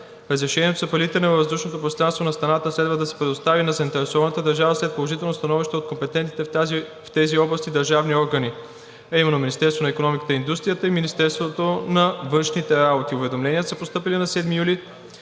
разрешението за прелитането на въздушното пространство на страната следва да се предостави на заинтересованата държава след положително становище от компетентните в тези области държавни органи, а именно Министерството на икономиката и индустрията и Министерството на външните работи. Уведомленията са постъпили на 7 юли